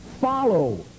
follow